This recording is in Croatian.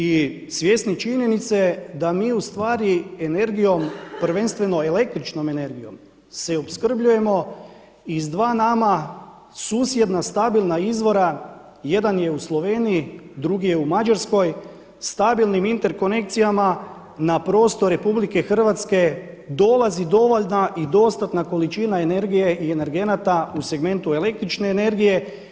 I svjesni činjenice da mi u stvari energijom, prvenstveno električnom energijom se opskrbljujemo iz dva nama susjedna stabilna izvora, jedan je u Sloveniji, drugi je u Mađarskoj, stabilnim interkonekcijama na prostor RH dolazi dovoljna i dostatna količina energije i energenata u segmentu električne energije.